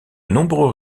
nombreux